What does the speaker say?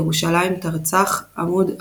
ירושלים, תרצ"ח, עמ' 404–416,